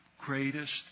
greatest